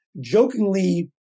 jokingly